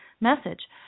message